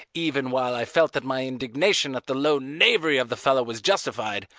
even while i felt that my indignation at the low knavery of the fellow was justified,